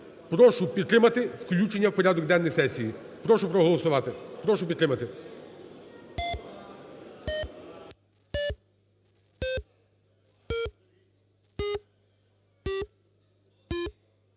Прошу підтримати включення в порядок денний сесії. Прошу проголосувати. Прошу підтримати.